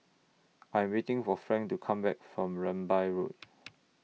I'm waiting For Frank to Come Back from Rambai Road